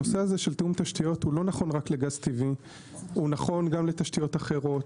הנושא של תיאום תשתיות לא נכון רק לגז טבעי אלא גם לתשתיות אחרות.